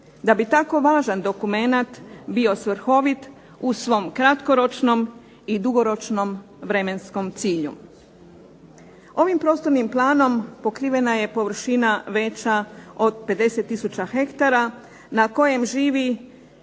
da bi tako važan dokumenat bio svrhovit u svom kratkoročnom i dugoročnom vremenskom cilju. Ovim prostornim planom pokrivena je površina veća od 50 tisuća hektara na kojem živi